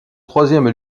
troisième